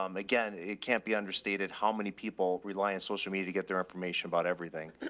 um again, it can't be understated how many people rely on social media to get their information about everything.